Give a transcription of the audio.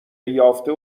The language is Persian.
یافته